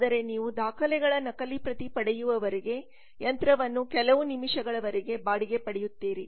ಆದರೆ ನೀವು ದಾಖಲೆಗಳ ನಕಲಿ ಪ್ರತಿ ಪಡೆಯುವವರೆಗೆ ಯಂತ್ರವನ್ನು ಕೆಲವು ನಿಮಿಷಗಳವರೆಗೆ ಬಾಡಿಗೆ ಪಡೆಯುತ್ತೀರಿ